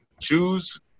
choose